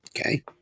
Okay